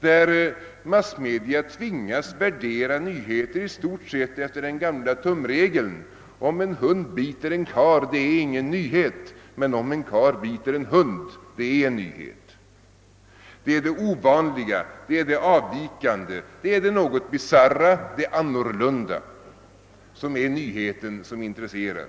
tvingas massmedia i stort sett att värdera nyheterna efter den gamla tumregeln: Om en hund biter en karl, så är det ingen nyhet; men om en karl biter en hund, då är det en nyhet. Det ovanliga och avvikande, det något bisarra och annorlunda är nyheten som intresserar.